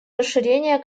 расширения